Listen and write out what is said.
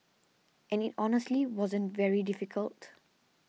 and it honestly wasn't very difficult